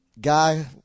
guy